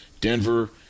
denver